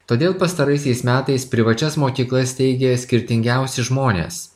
todėl pastaraisiais metais privačias mokyklas steigė skirtingiausi žmonės